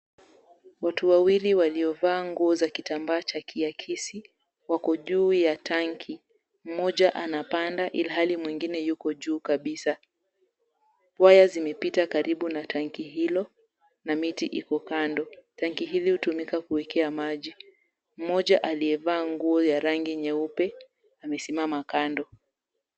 Watu wawili waliovaa nguo za kitambaa cha kiakisi, wako juu ya tangi, mmoja anapanda ilhali mwingine yuko juu kabisa . Waya zimepita karibu na tanki hilo na miti iko kando. Tanki hili hutumika kuwekea maji. Mmoja aliyevaa nguo ya rangi nyeupe, amesimama kando.